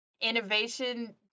innovation